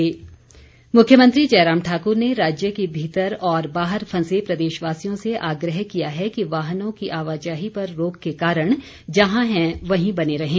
मुख्यमंत्री मुख्यमंत्री जयराम ठाक्र ने राज्य के भीतर और बाहर फंसे प्रदेशवासियों से आग्रह किया है कि वाहनों की आवाजाही पर रोक के कारण जहां हैं वहीं बने रहें